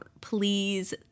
Please